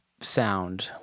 sound